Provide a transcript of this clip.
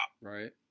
Right